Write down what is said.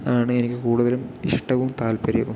ആണ് എനിക്ക് കൂടുതലും ഇഷ്ടവും താല്പര്യവും